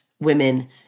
women